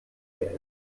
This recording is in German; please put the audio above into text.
gelb